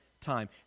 time